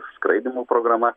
skraidymo programa